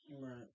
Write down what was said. Right